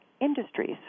industries